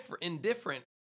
indifferent